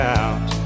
out